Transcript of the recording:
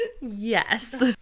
Yes